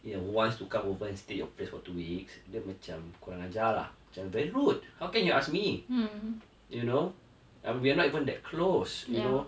who wants to come over and stay at your place for two weeks dia macam kurang ajar lah very rude how can you ask me you know and we're not even that close you know